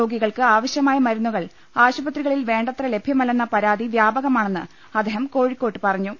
രോഗി കൾക്ക് ആവശ്യമായ മരുന്നുകൾ ആശുപത്രികളിൽ വേണ്ടത്ര ലഭ്യമല്ലെന്ന പരാതി വ്യാപകമാണെന്ന് അദ്ദേഹം കോഴിക്കോട്ട് പറഞ്ഞു